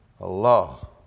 Allah